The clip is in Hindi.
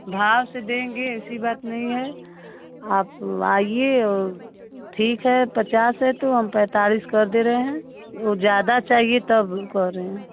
भाव से देंगे ऐसी बात नही है आप आइए ठीक हे पचास है तो हम पैंतालीस कर दे रहे हैं वह ज़्यादा चाहिए तब कह रहे है